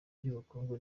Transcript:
by’ubukungu